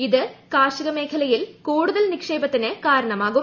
ഇത് കാർഷിക മേഖലയിൽ കൂടുതൽ നിക്ഷേപത്തിന് കാരണമാകും